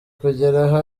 kugeraho